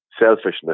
selfishness